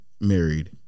Married